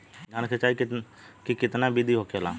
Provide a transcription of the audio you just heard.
धान की सिंचाई की कितना बिदी होखेला?